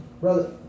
Brother